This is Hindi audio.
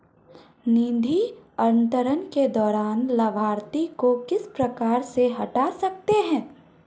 निधि अंतरण के दौरान लाभार्थी को किस प्रकार से हटा सकते हैं?